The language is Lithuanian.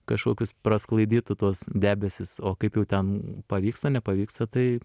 kažkokius prasklaidytų tuos debesis o kaip jau ten pavyksta nepavyksta tai